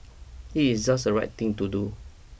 it is just the right thing to do